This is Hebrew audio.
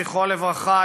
זכרו לברכה,